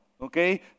okay